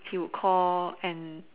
he would call and